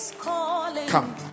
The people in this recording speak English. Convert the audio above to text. come